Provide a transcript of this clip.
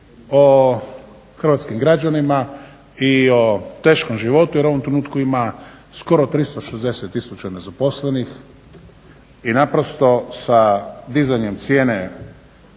o hrvatskim građanima i o teškom životu jer u ovom trenutku ima skoro 360 tisuća nezaposlenih i naprosto sa dizanjem cijene